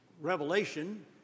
revelation